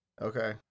Okay